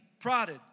prodded